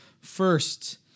first